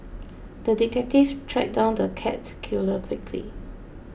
the detective tracked down the cat killer quickly